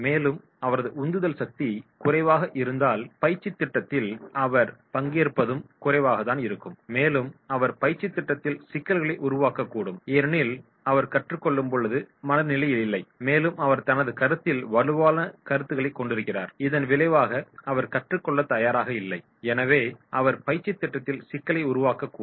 மேலும் அவரது உந்துதல் சக்தி குறைவாக இருந்தால் பயிற்சித் திட்டத்தில் அவர் பங்கேற்பதும் குறைவாகதான் இருக்கும் மேலும் அவர் பயிற்சித் திட்டத்தில் சிக்கல்களை உருவாக்கக்கூடும் ஏனெனில் அவர் கற்றுக்கொள்ளும் மனநிலையில் இல்லை மேலும் அவர் தனது கருத்தில் வலுவான கருத்துக்களைக் கொண்டிருக்கிறார் இதன் விளைவாக அவர் கற்றுக்கொள்ளத் தயாராக இல்லை எனவே அவர் பயிற்சித் திட்டத்தில் சிக்கலை உருவாக்கக்கூடும்